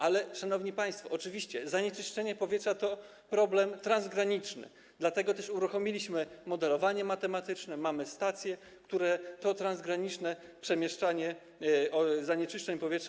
Ale, szanowni państwo, oczywiście zanieczyszczenie powietrza to problem transgraniczny, dlatego też uruchomiliśmy moderowanie matematyczne, mamy stacje, które badają to transgraniczne przemieszczanie zanieczyszczeń powietrza.